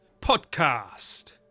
podcast